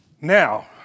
Now